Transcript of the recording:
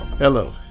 Hello